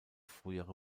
frühere